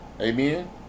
Amen